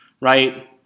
right